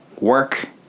work